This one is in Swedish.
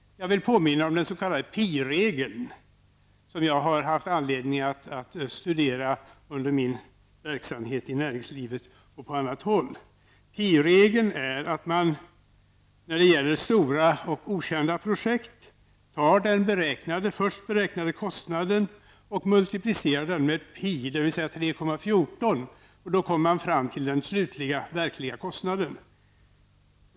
Jag vill påminna om den s.k. pi-regeln, som jag har haft anledning att studera under min verksamhet i näringslivet och på annat håll. Pi-regeln är att man när det gäller stora och okända projekt tar den första beräknade kostnaden och multiplicerar den med pi, dvs. 3,14. Då kommer man fram till den verkliga slutliga kostnaden.